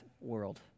world